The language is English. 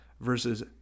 versus